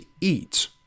eat